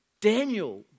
Daniel